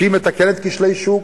שמתקנת כשלי שוק,